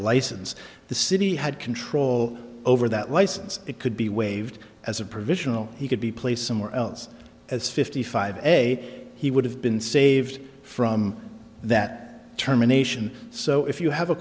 license the city had control over that license it could be waived as a provisional he could be placed somewhere else as fifty five a he would have been saved from that terminations so if you have a